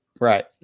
right